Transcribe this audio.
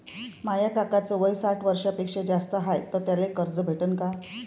माया काकाच वय साठ वर्षांपेक्षा जास्त हाय तर त्याइले कर्ज भेटन का?